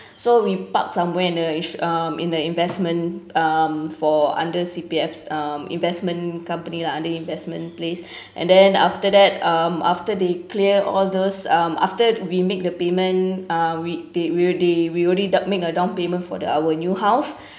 so we park somewhere in the ins~ um in the investment um for under C_P_F um investment company lah under investment place and then after that um after they clear all those um after we make the payment uh we will they we already make a downpayment for the our new house